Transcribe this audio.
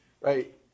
right